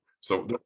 So-